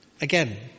Again